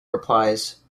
replies